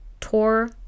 tour